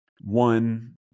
One